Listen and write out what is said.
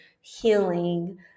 healing